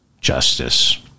justice